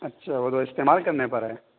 اچھا وہ تو استعمال کرنے پر ہے